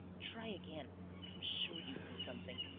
try again i am sure you see something.